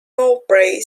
mowbray